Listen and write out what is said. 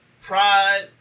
pride